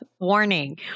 Warning